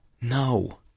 No